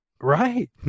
right